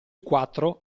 quattro